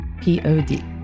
P-O-D